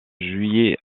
juillet